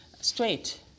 straight